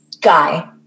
guy